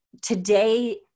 today